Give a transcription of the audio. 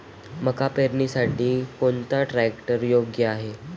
मका पेरणीसाठी कोणता ट्रॅक्टर योग्य आहे?